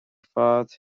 fad